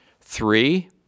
Three